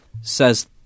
says